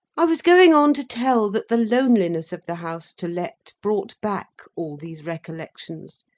i was going on to tell that the loneliness of the house to let brought back all these recollections,